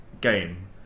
game